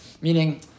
meaning